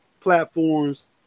platforms